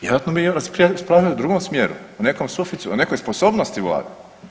Vjerojatno bi raspravljali u drugom smjeru, o nekom suficitu, o nekoj sposobnosti vlade.